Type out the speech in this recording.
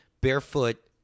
barefoot